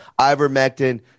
ivermectin